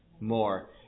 more